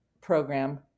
program